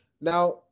Now